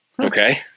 Okay